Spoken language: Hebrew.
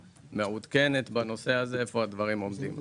מעודכנת בנושא הזה היכן הדברים עומדים.